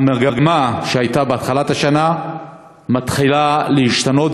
והמגמה שהייתה בהתחלת השנה מתחילה להשתנות,